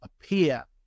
appear